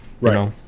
Right